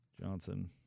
Johnson